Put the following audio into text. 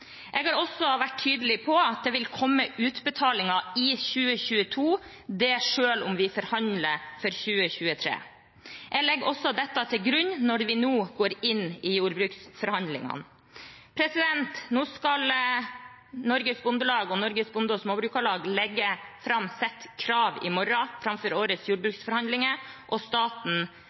Jeg har vært tydelig på at det vil komme utbetalinger i 2022, selv om vi forhandler for 2023. Jeg legger også dette til grunn når vi nå går inn i jordbruksforhandlingene. I morgen skal Norges Bondelag og Norsk Bonde- og Småbrukarlag legge fram sitt krav framfor årets jordbruksforhandlinger.